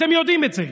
אתם יודעים את זה.